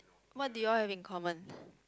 what do you all have in common